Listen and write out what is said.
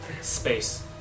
space